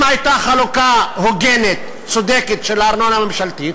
אם הייתה חלוקה הוגנת, צודקת, של ארנונה ממשלתית,